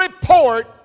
report